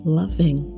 loving